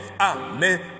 Amen